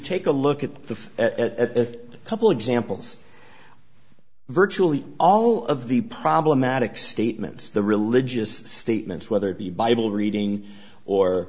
take a look at the at a couple examples virtually all of the problematic statements the religious statements whether it be bible reading or